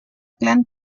clan